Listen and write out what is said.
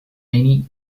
many